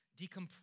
decompress